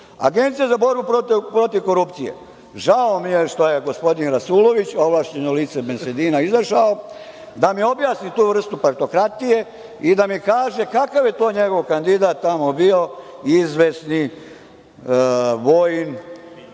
za borbu protiv korupcije, žao mi je što je gospodin Rasulović, ovlašćeno lice bensedina izašao, da mi objasni tu vrstu partokratije i da mi kaže kakav je to njegov kandidat tamo bio, izvesni Vojin